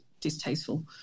distasteful